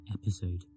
episode